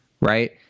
Right